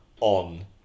on